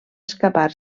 escapar